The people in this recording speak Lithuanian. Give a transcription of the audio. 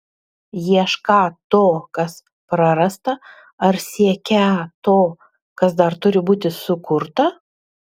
iešką to kas prarasta ar siekią to kas dar turi būti sukurta